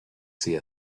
see